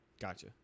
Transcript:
Gotcha